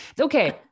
okay